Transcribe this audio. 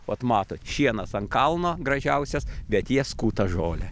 vat matot šienas ant kalno gražiausias bet jie skuta žolę